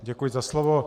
Děkuji za slovo.